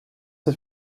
has